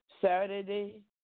Saturday